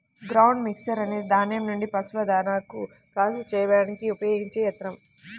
grinder mixer అనేది ధాన్యం నుండి పశువుల దాణాను ప్రాసెస్ చేయడానికి ఉపయోగించే యంత్రం